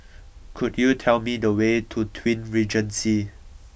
could you tell me the way to Twin Regency